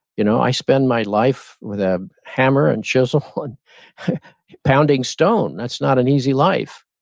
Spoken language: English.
you know i spent my life with a hammer and chisel, and pounding stone. that's not an easy life,